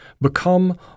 become